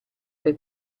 per